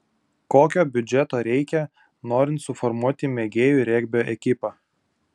kokio biudžeto reikia norint suformuoti mėgėjų regbio ekipą